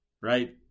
right